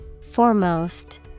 foremost